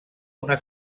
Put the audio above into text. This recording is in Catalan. una